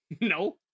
No